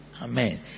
Amen